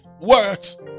words